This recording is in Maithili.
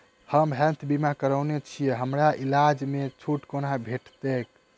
हम हेल्थ बीमा करौने छीयै हमरा इलाज मे छुट कोना भेटतैक?